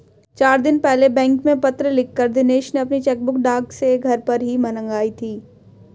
चार दिन पहले बैंक में पत्र लिखकर दिनेश ने अपनी चेकबुक डाक से घर ही पर मंगाई थी